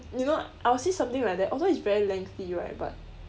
you know I would say something like that although it is very lengthy right but